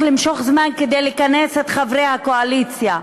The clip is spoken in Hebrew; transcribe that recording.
כדי לכנס את חברי הקואליציה,